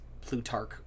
Plutarch